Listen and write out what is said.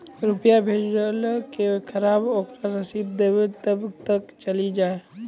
रुपिया भेजाला के खराब ओकरा रसीद देबे तबे कब ते चली जा?